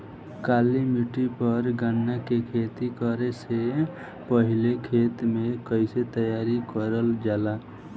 काली मिट्टी पर गन्ना के खेती करे से पहले खेत के कइसे तैयार करल जाला?